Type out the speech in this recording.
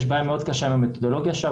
יש בעיה מאוד קשה עם המתודולוגיה שבה